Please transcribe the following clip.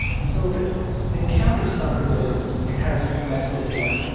and so if it encounters something that it it hasn't met before,